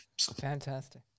Fantastic